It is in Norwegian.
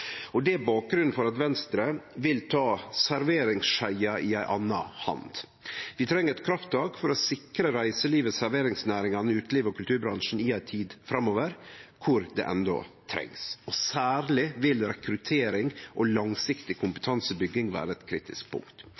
Det er bakgrunnen for at Venstre vil ta serveringsskeia i ei anna hand. Vi treng eit krafttak for å sikre reiselivet, serveringsnæringa, utelivet og kulturbransjen i ei tid framover, kor det endå trengs, og særleg vil rekruttering og langsiktig kompetansebygging vere eit kritisk punkt.